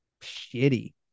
shitty